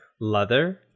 leather